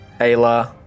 Ayla